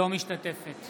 אינה משתתפת